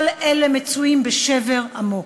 כל אלו מצויים בשבר עמוק,